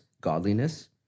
godliness